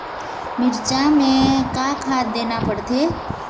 मिरचा मे का खाद देना पड़थे?